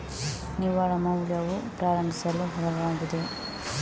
ನಿವ್ವಳ ಮೌಲ್ಯವು ಪ್ರಾರಂಭಿಸಲು ಸುಲಭವಾಗಿದೆ